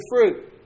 fruit